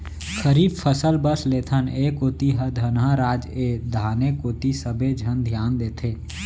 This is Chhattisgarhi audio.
खरीफ फसल बस लेथन, ए कोती ह धनहा राज ए धाने कोती सबे झन धियान देथे